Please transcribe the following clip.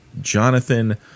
Jonathan